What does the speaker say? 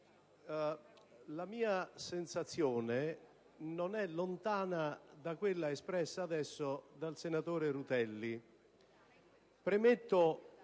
la mia sensazione non è lontana da quella appena espressa dal senatore Rutelli. Premetto